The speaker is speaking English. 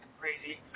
crazy